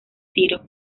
tiro